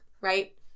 Right